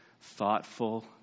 thoughtful